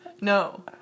No